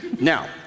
Now